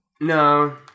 No